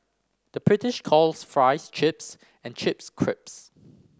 the British calls fries chips and chips